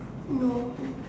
no